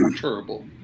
terrible